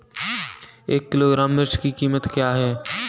एक किलोग्राम मिर्च की कीमत क्या है?